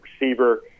receiver